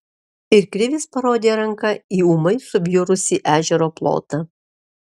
ir krivis parodė ranka į ūmai subjurusį ežero plotą